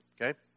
Okay